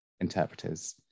interpreters